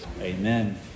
Amen